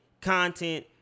content